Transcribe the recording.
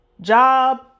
job